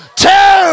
two